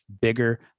bigger